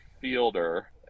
fielder